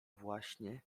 właśnie